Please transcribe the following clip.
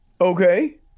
Okay